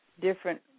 different